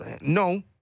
No